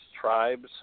tribes